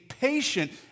patient